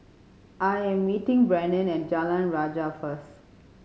I am meeting Brennon at Jalan Rajah first